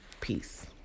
Peace